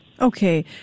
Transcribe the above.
Okay